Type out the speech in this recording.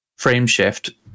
Frameshift